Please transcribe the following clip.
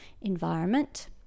environment